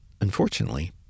Unfortunately